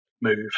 move